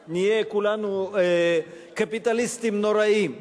והלאה נהיה כולנו קפיטליסטים נוראים.